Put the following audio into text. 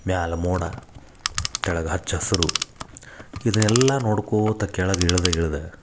ಮ್ಯಾಲ ಮೋಡ ಕೆಳಗ ಹಚ್ಚ ಹಸಿರು ಇದೆಲ್ಲ ನೋಡ್ಕೋತ ಕೆಳಗ ಇಳ್ದ ಇಳ್ದೆ